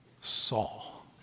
Saul